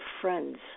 friends